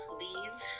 leave